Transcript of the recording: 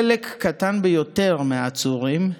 חלק קטן ביותר מהעצורים,